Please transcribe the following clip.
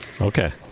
okay